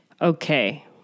Okay